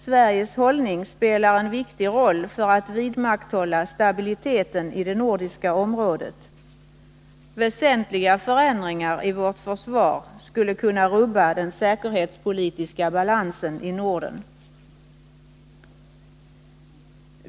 Sveriges hållning spelar en viktig roll för att vidmakthålla stabiliteten i det nordiska området. Väsentliga förändringar i vårt försvar skulle kunna rubba den säkerhetspolitiska balansen i Norden.